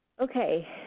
Okay